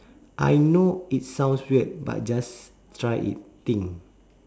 I know it sounds weird but just try it thing